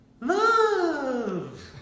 love